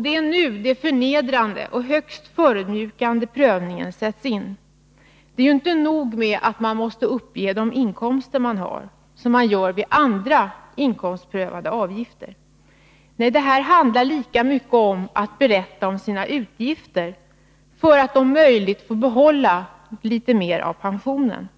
Det är nu den förnedrande och högst förödmjukande prövningen sätts in. Det är inte nog med att man måste uppge de inkomster man har, som man gör vid andra inkomstprövade avgifter. Nej, det här handlar lika mycket om att berätta om sina utgifter för att om möjligt få behålla litet mer av pensionen.